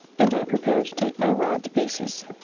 and i prepared to take my rod to pieces.